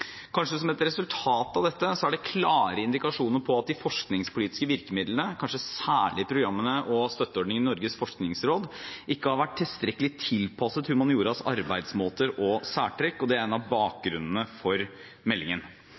Kanskje som et resultat av dette er det klare indikasjoner på at de forskningspolitiske virkemidlene, kanskje særlig programmene og støtteordningene i Norges forskningsråd, ikke har vært tilstrekkelig tilpasset humanioras arbeidsmåter og særtrekk, og det er noe av bakgrunnen for meldingen.